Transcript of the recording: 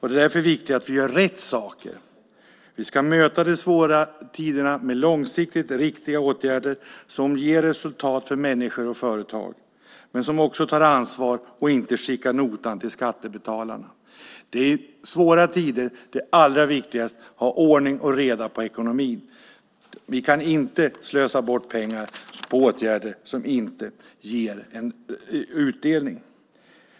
Därför är det viktigt att vi gör rätt saker. Vi ska möta de svåra tiderna med långsiktigt riktiga åtgärder som ger resultat för människor och företag, men som också tar ansvar och inte skickar notan till skattebetalarna. Det är svåra tider. Det allra viktigaste är att ha ordning och reda i ekonomin. Vi kan inte slösa bort pengar på åtgärder som inte ger utdelning.